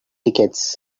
tickets